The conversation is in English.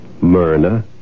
Myrna